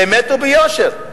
באמת וביושר.